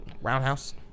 roundhouse